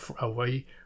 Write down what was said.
away